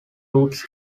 roots